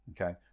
Okay